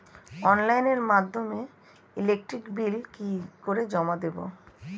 অনলাইনের মাধ্যমে electric bill কি করে জমা দেবো?